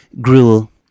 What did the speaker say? Gruel